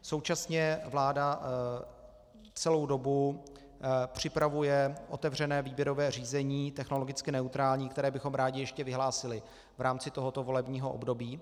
Současně vláda po celou dobu připravuje otevřené výběrové řízení, technologicky neutrální, které bychom rádi ještě vyhlásili v rámci tohoto volebního období.